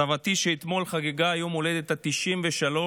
סבתי, שאתמול חגגה יום הולדת 93,